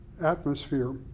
atmosphere